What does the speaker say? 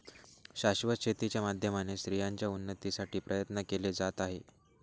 शाश्वत शेती च्या माध्यमाने स्त्रियांच्या उन्नतीसाठी प्रयत्न केले जात आहे